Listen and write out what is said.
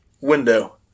window